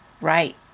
right